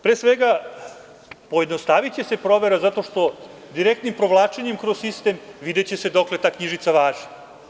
Pre svega, pojednostaviće se provera zato što direktnim provlačenjem kroz sistem videće se dokle ta knjižica važi.